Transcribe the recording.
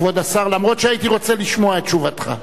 כבוד השר, אף שהייתי רוצה לשמוע את תשובתך.